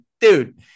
dude